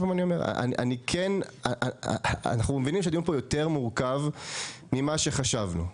אנחנו מבינים שהדיון פה הוא יותר מורכב ממה שחשבנו.